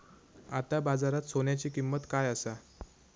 आता बाजारात सोन्याची किंमत काय असा?